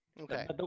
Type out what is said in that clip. Okay